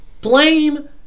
blame